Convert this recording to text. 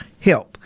help